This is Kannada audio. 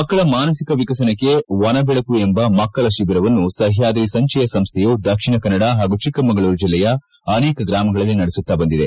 ಮಕ್ಕಳ ಮಾನಸಿಕ ವಿಕಸನಕ್ಕೆ ವನಬೆಳಕು ಎಂಬ ಮಕ್ಕಳ ಶಿಬಿರವನ್ನು ಸಹ್ಯಾದ್ರಿ ಸಂಚಯ ಸಂಸ್ಥೆಯು ದಕ್ಷಿಣ ಕನ್ನಡ ಹಾಗೂ ಚಿಕ್ಕಮಗಳೂರು ಜಿಲ್ಲೆಯ ಅನೇಕ ಗ್ರಾಮಗಳಲ್ಲಿ ನಡೆಸುತ್ತ ಬಂದಿದೆ